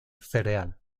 cereal